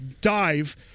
dive